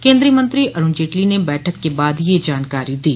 केन्द्रीय मंत्री अरुण जेटली ने बैठक के बाद यह जानकारी दी